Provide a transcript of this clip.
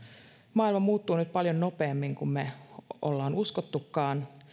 maailma muuttuu nyt paljon nopeammin kuin me olemme uskoneetkaan